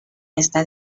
esta